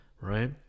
right